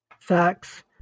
Facts